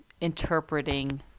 interpreting